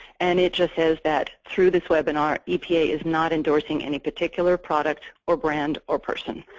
and it just says that through this webinar, epa is not endorsing any particular product or brand or person.